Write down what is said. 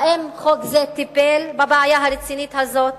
האם חוק זה טיפל בבעיה הרצינית הזאת?